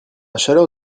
chaleur